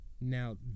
now